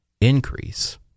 increase